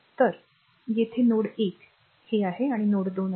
तर आणि येथे त्यांचे नोड 1 हे नोड 2 आहे